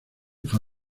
fue